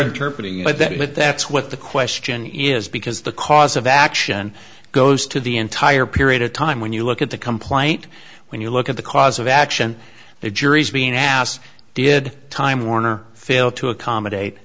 interpretation but that it that's what the question is because the cause of action goes to the entire period of time when you look at the complaint when you look at the cause of action that juries being asked did time warner fail to accommodate